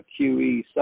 QE